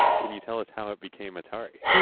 can you tell us how it became atari?